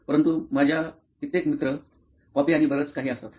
परंतु माझ्या कित्येक मित्र कॉपी आणि बरंच काही आणतात